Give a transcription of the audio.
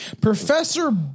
Professor